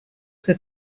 que